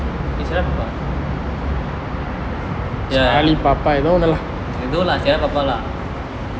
eh sierra papa ya ya no lah sierra papa lah